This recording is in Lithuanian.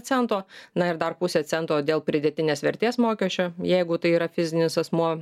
cento na ir dar pusę cento dėl pridėtinės vertės mokesčio jeigu tai yra fizinis asmuo